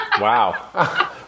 Wow